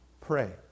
pray